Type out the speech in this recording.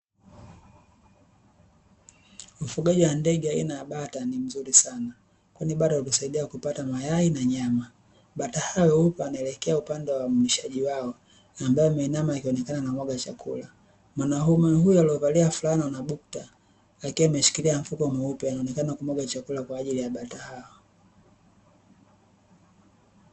Ufugaji wa ndege aina ya bata ni mzuri sana. Kwani bata hutusaidia kupata mayai na nyama. Bata hao weupe wanaelekea upande wa mlishaji wao, ambaye ameinama akionekana anamwaga chakula. Mwanaume huyo aliyevalia flana na bukta, akiwa ameshikilia mfuko mweupe anaonekana kumwaga chakula kwa ajili ya bata hao.